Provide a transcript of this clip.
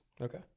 okay